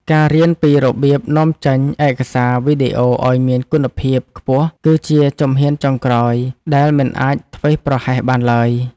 ការរៀនពីរបៀបនាំចេញឯកសារវីដេអូឱ្យមានគុណភាពខ្ពស់គឺជាជំហានចុងក្រោយដែលមិនអាចធ្វេសប្រហែសបានឡើយ។